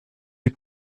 des